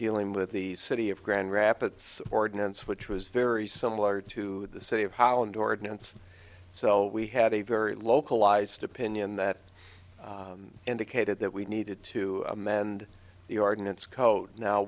dealing with the city of grand rapids ordinance which was very similar to the city of holland ordinance so we had a very localized opinion that indicated that we needed to amend the ordinance code now